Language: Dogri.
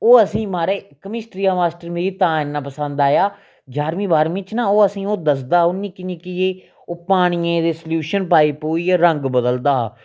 ओह् असें गी महाराज कमिस्ट्री दा मास्टर तां इन्ना पसंद आएआ ञारमीं बाह्मीं च ना ओह् असेंगी ओह् दस्सदा हा ओह् निक्की निक्की जेही ओह् पानियै दे सल्यूशन पाई पुइयै रंग बदलदा हा